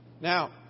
Now